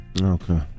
Okay